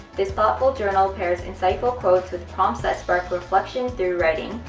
this thoughtful journal pairs insightful quotes with prompts that spark reflection through writing,